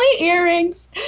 earrings